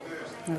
מוותר,